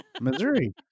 Missouri